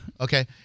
Okay